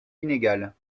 inégale